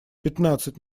пятнадцать